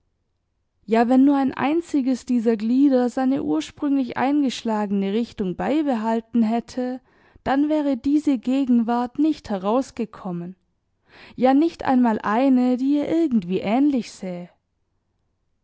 ja wenn nur ein einziges dieser glieder seine ursprünglich eingeschlagene richtung beibehalten hätte dann wäre diese gegenwart nicht herausgekommen ja nicht einmal eine die ihr irgendwie ähnlich sähe